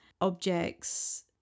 objects